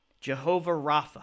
Jehovah-Rapha